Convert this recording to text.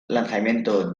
lanzamiento